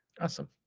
Awesome